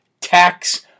tax